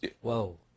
Whoa